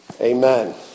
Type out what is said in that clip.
Amen